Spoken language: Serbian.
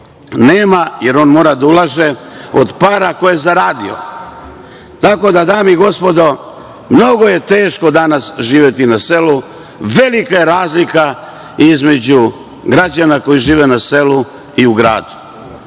nema, jer on mora da ulaže od para koje je zaradio. Tako da, mnogo je teško danas živeti na selu, velika je razlika između građana koji žive na selu i u gradu. Još